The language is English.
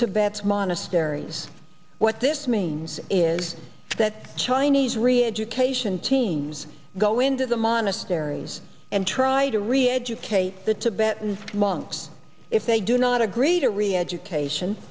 tibet's monasteries what this means is that chinese re education teams go into the monasteries and try to reeducate the tibetan monks if they do not agree to reeducation